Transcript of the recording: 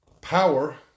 power